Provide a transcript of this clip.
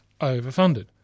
overfunded